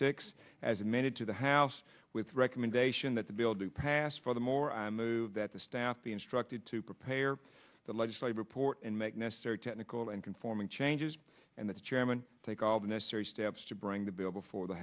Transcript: six as amended to the house with recommendation that the bill to pass for the more i move that the staff be instructed to prepare the legislate report and make necessary technical and conforming changes the chairman take all the necessary steps to bring the bill before the